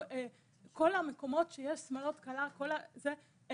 וכל המקומות שיש בהם שמלות כלה לא נגישים.